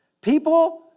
people